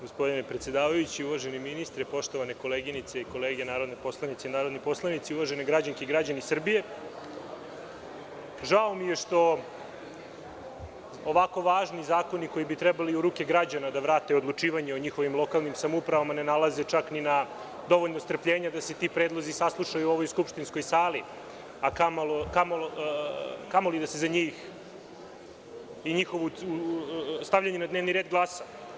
Gospodine predsedavajući, uvaženi ministre, poštovane koleginice i kolege narodne poslanice i narodni poslanici, uvažene građanke i građani Srbije, žao mi je što ovako važni zakoni koji bi trebali u ruke građana da vrate odlučivanje o njihovim lokalnim samoupravama ne nalaze čak ni na dovoljno strpljenja da se ti predlozi saslušaju u ovoj skupštinskoj sali, a kamoli da se za njih, stavljanje na dnevni red glasa.